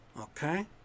Okay